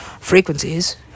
Frequencies